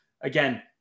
again